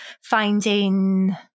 finding